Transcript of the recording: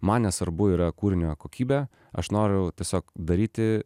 man nesvarbu yra kūrinio kokybė aš noriu tiesiog daryti